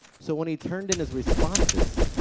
so, when he turned in his responses,